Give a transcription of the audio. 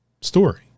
story